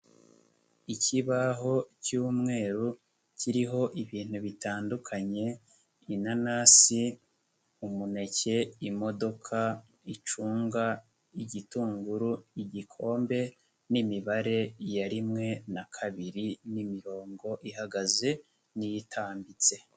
Ikibaho cy'umweru kiriho ibintu bitandukanye inanasi, umuneke, imodoka, icunga, igitunguru, igikombe n'imibare yari rimwe na kabiri n'imirongo ihagaze n'iyitambitse.